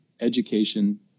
education